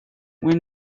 when